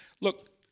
look